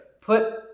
put